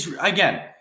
Again